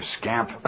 scamp